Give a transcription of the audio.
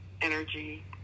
energy